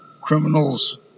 Criminals